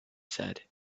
said